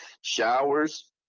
showers